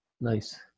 Nice